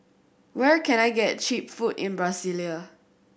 where can I get cheap food in Brasilia